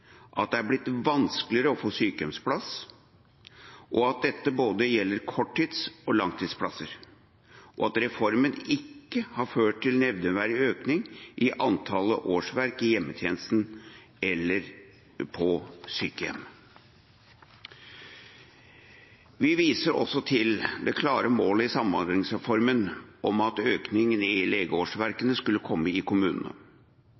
at det er blitt vanskeligere å få sykehjemsplass, at dette gjelder både korttids- og langtidsplasser, og at reformen ikke har ført til nevneverdig økning i antall årsverk i hjemmetjenesten eller på sykehjem. Vi viser også til det klare målet i samhandlingsreformen om at økning i legeårsverk skulle komme i kommunene.